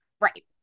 Right